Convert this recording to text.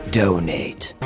donate